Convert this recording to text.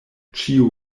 ĉiu